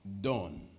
Done